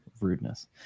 rudeness